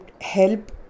help